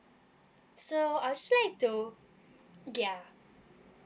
so I'd just like to yeah